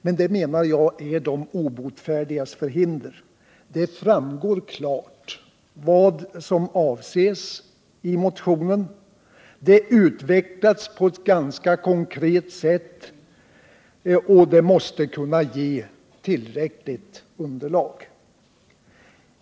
Men det menar jag är de obotfärdigas förhinder — det framgår klart vad som avses i motionen. Det utvecklas på ett ganska konkret sätt, och det måste kunna ge tillräckligt underlag.